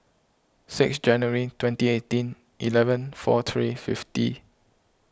sixth January twenty eighteen eleven four three fifty